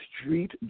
street